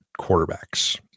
quarterbacks